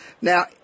Now